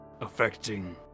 affecting